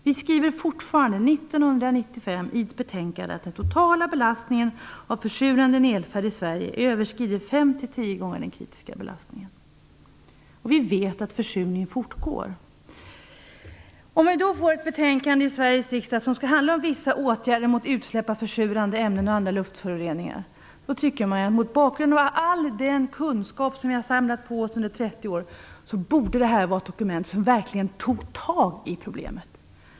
Vi skriver fortfarande, år 1995, i ett betänkande att den totala belastningen av försurande nedfall i Sverige fem till tio gånger överskrider den kritiska belastningen, och vi vet att försurningen fortgår. Vi behandlar nu i Sveriges riksdag ett betänkande som skall handla om vissa åtgärder mot utsläpp av försurande ämnen och andra luftföroreningar. Mot bakgrund av all den kunskap som vi har samlat på oss under 30 år borde det här då vara ett dokument som verkligen tar tag i problemet.